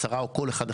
עשרה או כל אחד אחר,